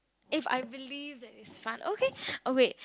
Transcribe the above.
if I believe that is fun okay oh wait